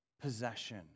possession